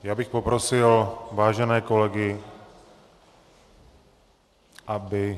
Já bych poprosil vážené kolegy, aby...